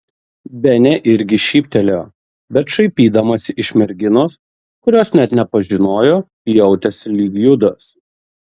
benė irgi šyptelėjo bet šaipydamasi iš merginos kurios net nepažinojo jautėsi lyg judas